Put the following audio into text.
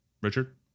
Richard